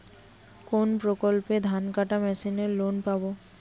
কোন প্রকল্পে ধানকাটা মেশিনের লোন পাব?